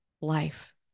life